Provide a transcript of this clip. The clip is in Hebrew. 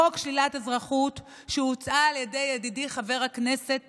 חוק שלילת אזרחות, שהוצעה על ידי ידידי חבר הכנסת